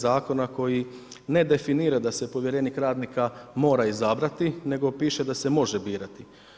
Zakona koji ne definira da se povjerenik radnika mora izabrati, nego da piše da se može birati.